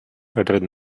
перед